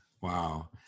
Wow